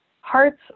hearts